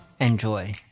Enjoy